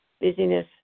busyness